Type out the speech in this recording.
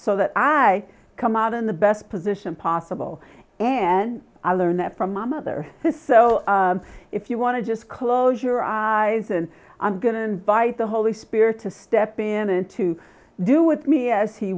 so that i come out in the best position possible and i learned from my mother says so if you want to just close your eyes and i'm going to invite the holy spirit to step in and to do with me as he